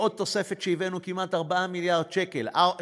מעוד תוספת שהבאנו, של כמעט 4 מיליארד שקל, 3.95,